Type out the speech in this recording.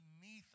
beneath